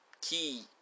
key